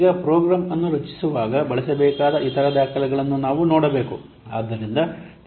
ಈಗ ಪ್ರೋಗ್ರಾಂ ಅನ್ನು ರಚಿಸುವಾಗ ಬಳಸಬೇಕಾದ ಇತರ ದಾಖಲೆಗಳನ್ನು ನಾವು ನೋಡಬೇಕು